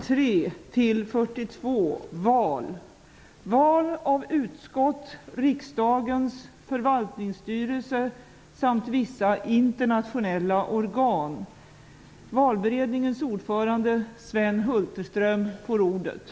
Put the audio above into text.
Vad avser statsministern att vidta för åtgärder för att talet om samarbete, samförstånd och nytt samarbetsklimat skall förverkligas?